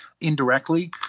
indirectly